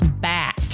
back